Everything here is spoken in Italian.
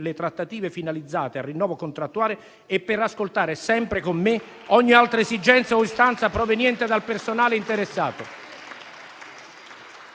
le trattative finalizzate al rinnovo contrattuale e per ascoltare, sempre con me, ogni altra esigenza o istanza proveniente dal personale interessato,